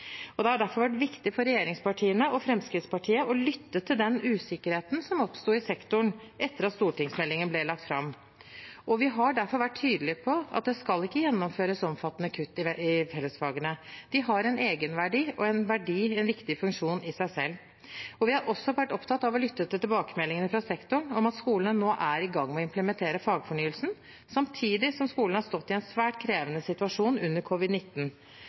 Det har derfor vært viktig for regjeringspartiene og Fremskrittspartiet å lytte til den usikkerheten som oppsto i sektoren etter at stortingsmeldingen ble lagt fram. Vi har derfor vært tydelige på at det ikke skal gjennomføres omfattende kutt i fellesfagene – de har en egenverdi og en viktig funksjon i seg selv. Vi har også vært opptatt av å lytte til tilbakemeldingene fra sektoren om at skolene nå er i gang med å implementere fagfornyelsen, samtidig som skolene har stått i en svært krevende situasjon under